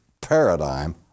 paradigm